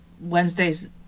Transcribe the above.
Wednesday's